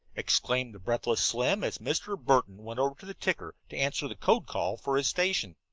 exclaimed the breathless slim, as mr. burton went over to the ticker to answer the code call for his station.